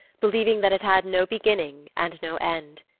believing that it had no beginning and no end.